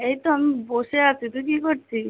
এই তো আমি বসে আছি তুই কী করছিস